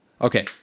Okay